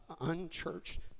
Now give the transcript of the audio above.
unchurched